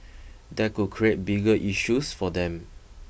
that could create bigger issues for them